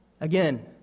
Again